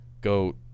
go